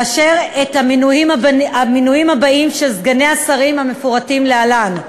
לאשר את המינויים הבאים של סגני השרים המפורטים להלן: